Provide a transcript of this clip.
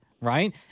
right